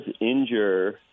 injure